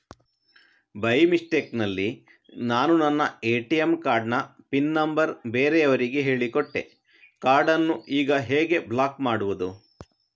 By mistake ನಲ್ಲಿ ನಾನು ನನ್ನ ಎ.ಟಿ.ಎಂ ಕಾರ್ಡ್ ನ ಪಿನ್ ನಂಬರ್ ಬೇರೆಯವರಿಗೆ ಹೇಳಿಕೊಟ್ಟೆ ಕಾರ್ಡನ್ನು ಈಗ ಹೇಗೆ ಬ್ಲಾಕ್ ಮಾಡುವುದು?